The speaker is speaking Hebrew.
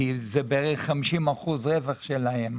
כי זה בערך 40% או 50% רווח שלהם.